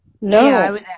No